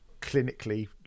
clinically